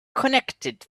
connected